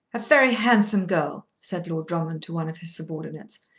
a very handsome girl, said lord drummond to one of his subordinates.